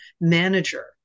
manager